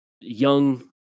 young